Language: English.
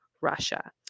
Russia